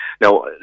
Now